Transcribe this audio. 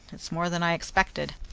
it's more than i expected.